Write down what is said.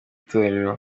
torero